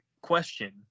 question